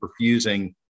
perfusing